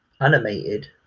animated